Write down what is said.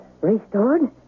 Restored